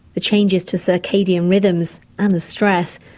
the changes to circadian rhythms and the stress,